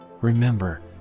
Remember